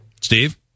Steve